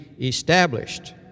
established